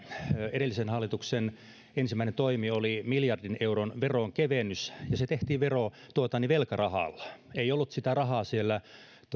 edellisen hallituksen ensimmäinen toimi oli miljardin euron veronkevennys ja se tehtiin velkarahalla ei ollut sitä rahaa siellä